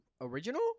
original